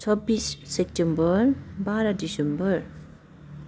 छब्बिस सेप्टेम्बर बाह्र डिसेम्बर